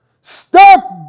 Stop